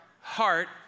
heart